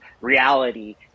reality